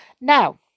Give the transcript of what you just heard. now